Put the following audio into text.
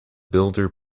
builder